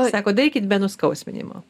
sako darykit be nuskausminimo